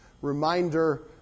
reminder